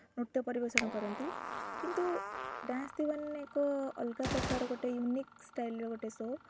ନୃତ୍ୟ ପରିବେଷଣ କରନ୍ତି କିନ୍ତୁ ଡ୍ୟାନ୍ସ୍ ଦିୱାନେ ଏକ ଅଲଗା ପ୍ରକାର ଗୋଟେ ୟୁନିକ୍ ଷ୍ଟାଇଲ୍ର ଗୋଟେ ଶୋ